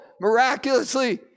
miraculously